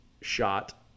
shot